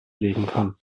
legen